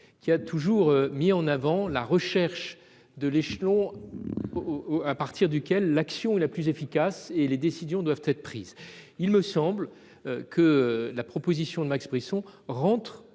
qui a toujours mis en avant la recherche de l'échelon où l'action est la plus efficace et où les décisions doivent être prises. Il me semble que la proposition de Max Brisson